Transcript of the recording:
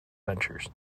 ventures